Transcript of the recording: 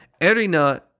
Erina